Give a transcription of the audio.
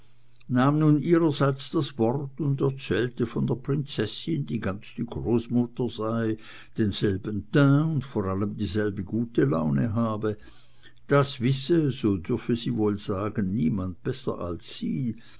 nahm nun ihrerseits das wort und erzählte von der prinzessin die ganz die großmutter sei denselben teint und vor allem dieselbe gute laune habe das wisse soviel dürfe sie wohl sagen niemand besser als sie